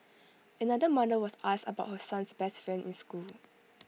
another mother was asked about her son's best friend in school